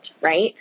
right